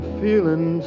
feeling